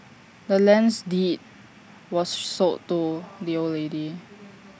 the land's deed was sold to the old lady